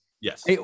Yes